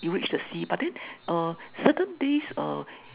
you reach the sea but then uh certain days uh